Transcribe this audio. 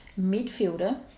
midfielder